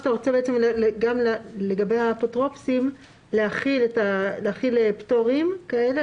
שאתה רוצה גם לגבי האפוטרופוסים להחיל פטורים כאלה,